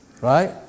right